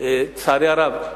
לצערי הרב.